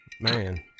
Man